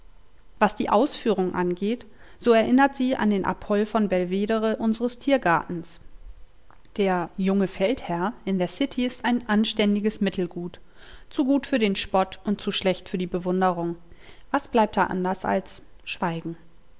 was die ausführung angeht so erinnert sie an den apoll von belvedere unseres tiergartens der junge feldherr in der city ist ein anständiges mittelgut zu gut für den spott und zu schlecht für die bewunderung was bleibt da anders als schweigen